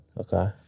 Okay